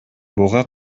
буга